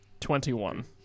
Twenty-one